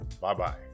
bye-bye